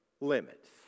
limits